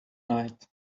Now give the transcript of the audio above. night